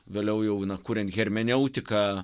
vėliau jau kuriant hermeneutiką